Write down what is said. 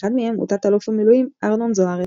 אחד מהם הוא תא"ל במילואים ארנון זו-ארץ,